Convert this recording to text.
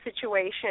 situation